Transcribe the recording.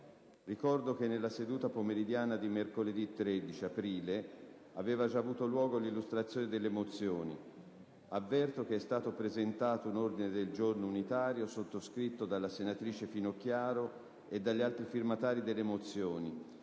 Ricordo che nella seduta pomeridiana del 13 aprile i presentatori hanno illustrato le mozioni. Comunico che è stato presentato un ordine del giorno unitario, sottoscritto dalla senatrice Finocchiaro e dagli altri firmatari delle mozioni,